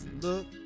look